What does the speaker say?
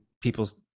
people's